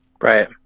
Right